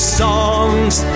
songs